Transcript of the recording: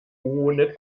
ohne